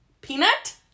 Peanut